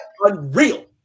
Unreal